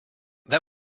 this